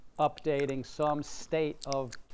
updating some state of